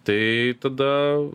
tai tada